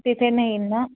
तिथे नेईल ना